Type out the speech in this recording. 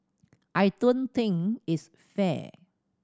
I don't think it's fair